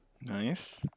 Nice